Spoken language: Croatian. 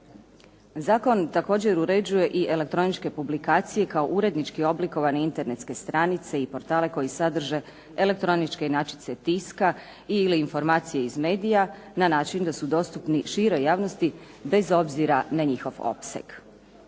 Zakon također uređuje i elektroničke publikacije kao urednički oblikovane internetske stranice i portale koji sadrže elektroničke inačice tiska, ili informacije iz medija na način da su dostupni široj javnosti bez obzira na njihov opseg.